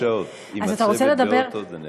ארבע שעות עם הצוות באוטו, זה נהדר.